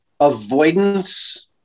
avoidance